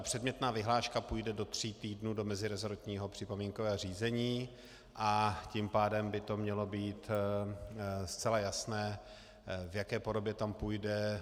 Předmětná vyhláška půjde do tří týdnů do meziresortního připomínkového řízení, a tím pádem by to mělo být zcela jasné, v jaké podobě tam půjde.